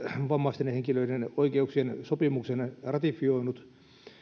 vammaisten henkilöiden oikeuksien sopimuksen ratifioinut